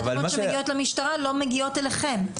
התלונות שמגיעות למשטרה לא מגיעות אליכם.